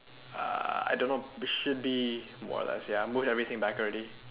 uh I don't know it should be more or less ya I moved everything back already